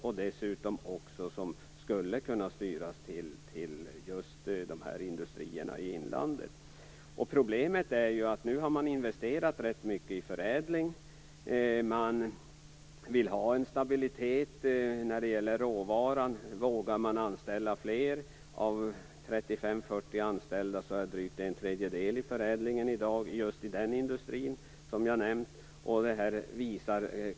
Dessutom skulle mer kunna styras till just de här industrierna i inlandet. Problemet är att man nu har investerat rätt mycket i förädling. Man vill ha en stabilitet när det gäller råvaran. Vågar man anställa fler? Av 35-40 anställda är drygt en tredjedel i förädlingen i dag i just den industri som jag har nämnt.